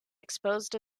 exposed